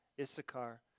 Issachar